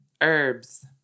Herbs